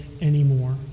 anymore